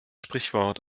sprichwort